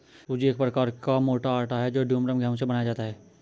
सूजी एक प्रकार का मोटा आटा है जो ड्यूरम गेहूं से बनाया जाता है